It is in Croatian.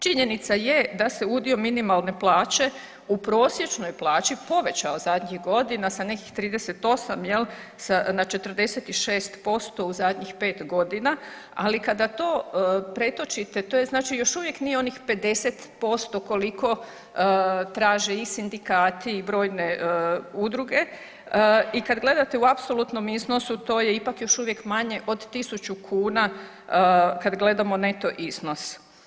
Činjenica je da se udio minimalne plaće u prosječnoj plaći povećao zadnjih godina sa nekih 38 jel na 46% u zadnjih 5 godina, ali kada to pretočite, to je znači još uvijek nije onih 50% koliko traže i sindikati i brojne udruge i kad gledate u apsolutnom iznosu to je ipak još uvijek manje od 1.000 kuna kad gledamo neto iznos.